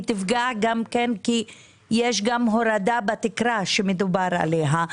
תפגע כי יש גם הורדה בתקרה שמדובר עליה.